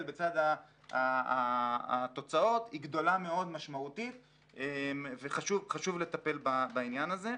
בצד התוצאות היא גדולה מאוד משמעותית וחשוב לטפל בעניין הזה.